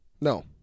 No